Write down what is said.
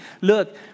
look